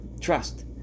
trust